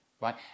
right